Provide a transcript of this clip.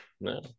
no